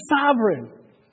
sovereign